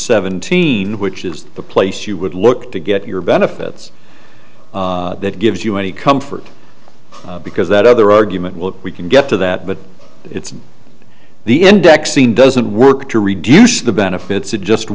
seventeen which is the place you would look to get your benefits that gives you any comfort because that other argument will we can get to that but it's the indexing doesn't work to reduce the benefits it just